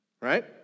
right